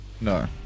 No